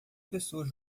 pessoas